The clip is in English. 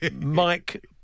Mike